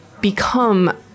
become